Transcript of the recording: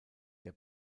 der